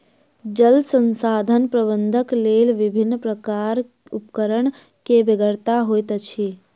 जल संसाधन प्रबंधनक लेल विभिन्न प्रकारक उपकरणक बेगरता होइत अछि